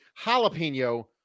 jalapeno